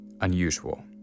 unusual